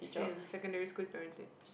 same secondary school and primary six